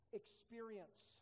experience